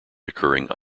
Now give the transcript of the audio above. occurring